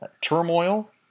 turmoil